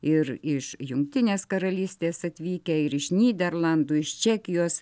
ir iš jungtinės karalystės atvykę ir iš nyderlandų iš čekijos